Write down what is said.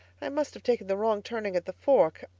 i must have taken the wrong turning at the fork.